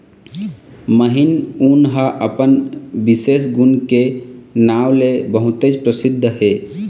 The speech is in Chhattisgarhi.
महीन ऊन ह अपन बिसेस गुन के नांव ले बहुतेच परसिद्ध हे